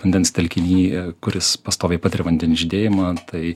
vandens telkiny kuris pastoviai patiria vandens žydėjimą tai